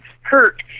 hurt